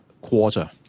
quarter